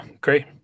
Great